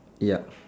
yup